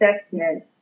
assessment